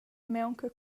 maunca